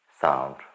sound